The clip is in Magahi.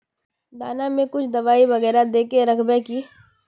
दाना में कुछ दबाई बेगरा दय के राखबे की?